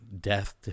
death